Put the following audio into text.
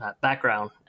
background